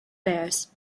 bears